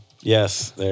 Yes